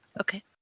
Okay